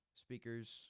speaker's